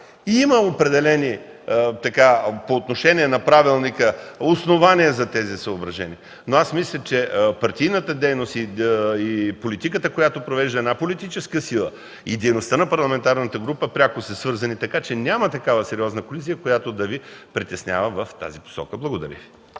има определени основания, по отношение на Правилника, за тези съображения. Но мисля, че партийната дейност, политиката, която провежда една политическа сила и дейността на парламентарната група пряко са свързани. Така че няма сериозна колизия, която да Ви притеснява в тази посока. Благодаря Ви.